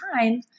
time